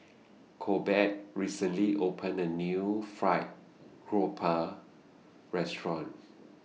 Corbett recently opened A New Fried Grouper Restaurant